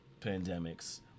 pandemics